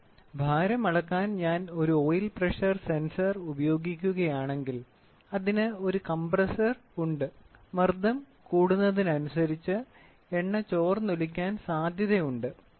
പക്ഷേ ഭാരം അളക്കാൻ ഞാൻ ഒരു ഓയിൽ പ്രഷർ സെൻസർ ഉപയോഗിക്കുകയാണെങ്കിൽ അതിന് ഒരു കംപ്രസ്സർ ഉണ്ട് മർദ്ദം കൂടുന്നതിനനുസരിച്ച് എണ്ണ ചോർന്നൊലിക്കാൻ സാധ്യത ഉണ്ട്